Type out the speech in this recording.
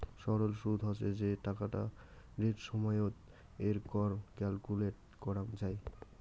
সরল সুদ হসে যে টাকাটা রেট সময়ত এর কর ক্যালকুলেট করাঙ যাই